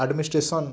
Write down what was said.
administration